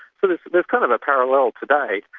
so there's kind of a parallel today.